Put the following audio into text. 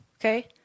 Okay